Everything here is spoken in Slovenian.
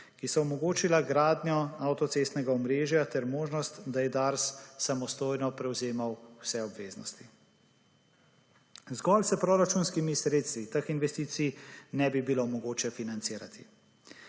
ki so omogočila gradnjo avtocestnega omrežja ter možnost, da je Dars samostojno prevzemal vse obveznosti. Zgolj s proračunskimi sredstvi teh investicij ne bi bilo mogoče financirati.